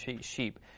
sheep